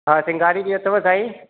हा चिंगारी बि अथव साईं